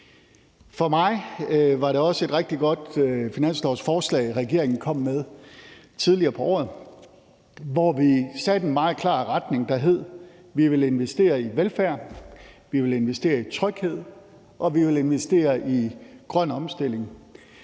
For mig var det også et rigtig godt finanslovsforslag, som regeringen kom med tidligere på året, hvor vi satte en meget klar retning, der hed, at vi ville investere i velfærd, at vi ville investere i tryghed, og at vi ville investere i grøn omstilling.